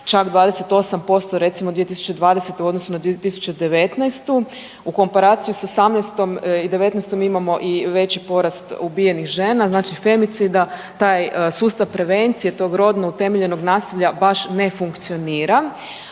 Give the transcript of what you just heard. čak 28% 2020. u odnosu na 2019., u komparaciji s '18. i '19. imamo i veći porast ubijenih žena znači femicida, taj sustav prevencije tog rodno utemeljenog nasilja baš ne funkcionira.